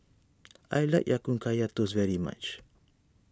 I like Ya Kun Kaya Toast very much